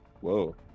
Whoa